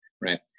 right